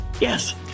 Yes